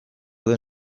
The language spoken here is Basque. den